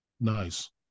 Nice